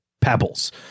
pebbles